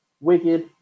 Wicked